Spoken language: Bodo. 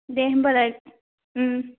दे होमबालाय